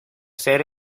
ser